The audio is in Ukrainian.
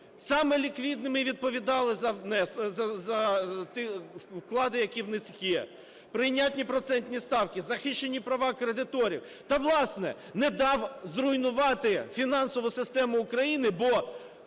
саме ліквідними і відповідали за ті вклади, які у них є. Прийнятні процентні ставки, захищені права кредиторів. Та, власне, не дав зруйнувати фінансову систему України, бо